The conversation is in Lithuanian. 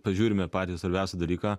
pažiūrime patį svarbiausią dalyką